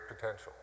potential